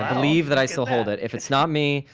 i believe that i still hold it. if it's not me,